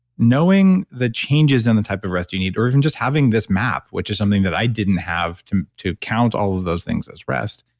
knowing the changes in the type of rest you need or even just having this map which is something that i didn't have to to count all of those things as rest,